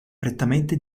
prettamente